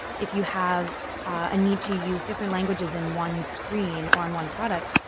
if you have a need to use different languages in one screen or on one product,